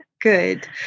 good